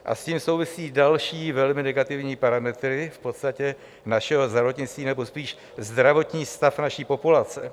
S tím souvisí další velmi negativní parametry našeho zdravotnictví, nebo spíš zdravotní stav naší populace.